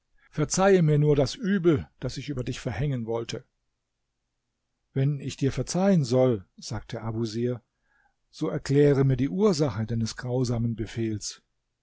verzeihe mir nur das übel das ich über dich verhängen wollte wenn ich dir verzeihen soll sagte abusir so erkläre mir die ursache deines grausamen befehls